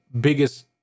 biggest